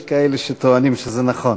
יש כאלה שטוענים שזה נכון.